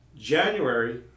January